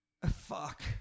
fuck